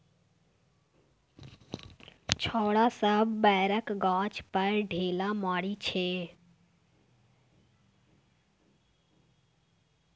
छौरा सब बैरक गाछ पर ढेला मारइ छै